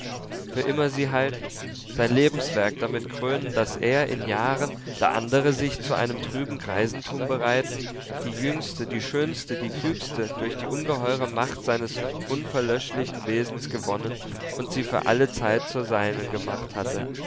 für immer sie halten sein lebenswerk damit krönen daß er in jahren da andre sich zu einem trüben greisentum bereiten die jüngste die schönste die klügste durch die ungeheure macht seines unverlöschlichen wesens gewonnen und sie für alle zeit zur seinen gemacht hatte